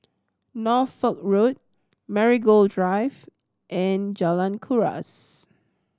Norfolk Road Marigold Drive and Jalan Kuras